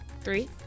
three